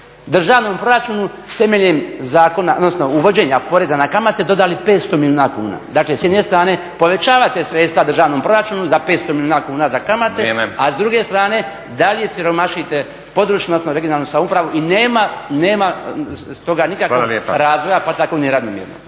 državnom proračunu temeljem zakona, odnosno uvođenja poreza na kamate dodali 500 milijuna kuna. Dakle, s jedne strane povećavate sredstava državnom proračunu za 500 milijuna kuna za kamate, a s druge strane dalje siromašite područnu odnosno regionalnu samoupravu i nema stoga nikakvog razvoja pa tako ni ravnomjernog.